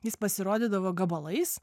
jis pasirodydavo gabalais